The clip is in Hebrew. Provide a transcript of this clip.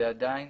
זה עדיין